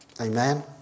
Amen